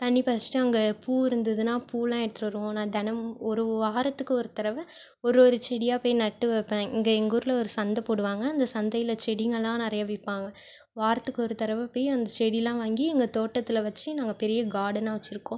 தண்ணி பாச்சிட்டு அங்கே பூ இருந்ததுன்னால் பூவெலாம் எடுத்துகிட்டு வருவோம் நான் தினமும் ஒரு வாரத்துக்கு ஒரு தடவை ஒரு ஒரு செடியாக போய் நட்டு வைப்பேன் இங்கே எங்கள் ஊரில் ஒரு சந்தை போடுவாங்க அந்த சந்தையில் செடிங்கெல்லாம் நிறைய விற்பாங்க வாரத்துக்கு ஒரு தடவை போய் அந்த செடியெலாம் வாங்கி எங்கள் தோட்டத்தில் வச்சு நாங்கள் பெரிய கார்டனாக வச்சுருக்கோம்